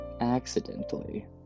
Accidentally